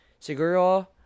Siguro